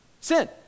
sin